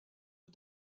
aux